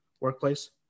workplace